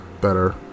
better